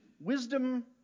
wisdom